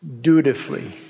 dutifully